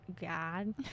God